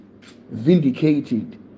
vindicated